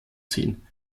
ziehen